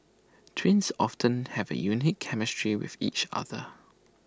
twins often have A unique chemistry with each other